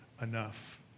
enough